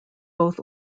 both